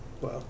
Wow